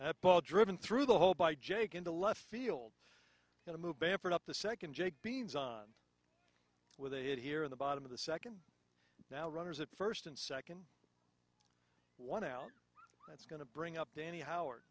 that ball driven through the hole by jake into left field going to move bamford up the second jake beans on with a hit here in the bottom of the second now runners at first and second one al that's going to bring up danny howard